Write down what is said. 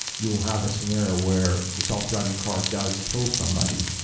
you will have a scenario where a self-driving car does kill somebody.